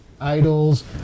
idols